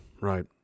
right